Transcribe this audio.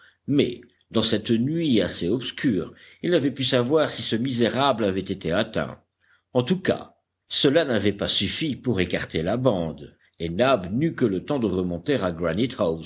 mais dans cette nuit assez obscure il n'avait pu savoir si ce misérable avait été atteint en tout cas cela n'avait pas suffi pour écarter la bande et nab n'eut que le temps de remonter à